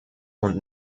oder